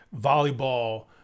volleyball